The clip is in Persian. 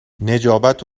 نجابت